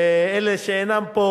ואלה שאינם פה